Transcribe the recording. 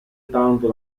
tanto